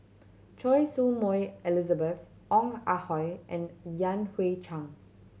Choy Su Moi Elizabeth Ong Ah Hoi and Yan Hui Chang